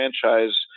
franchise